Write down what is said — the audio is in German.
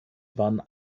waren